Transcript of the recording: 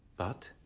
but